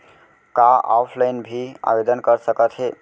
का ऑफलाइन भी आवदेन कर सकत हे?